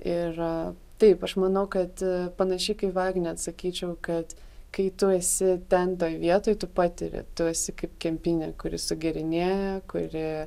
ir taip aš manau kad panašiai kaip agnė atsakyčiau kad kai tu esi ten toj vietoj tu patiri tu esi kaip kempinė kuri sugerinėja kuri